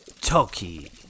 Toki